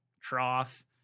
trough